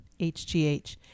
HGH